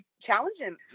challenging